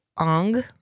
Ong